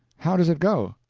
how does it go?